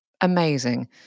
amazing